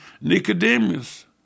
Nicodemus